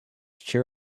cheer